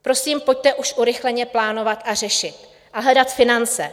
Prosím, pojďte už urychleně plánovat, řešit a hledat finance.